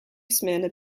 smyrna